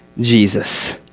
Jesus